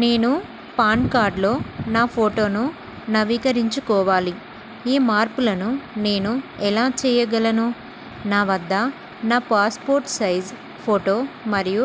నేను పాన్ కార్డ్లో నా ఫోటోను నవీకరించుకోవాలి ఈ మార్పులను నేను ఎలా చేయగలను నా వద్ద నా పాస్పోర్ట్ సైజ్ ఫోటో మరియు